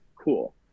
cool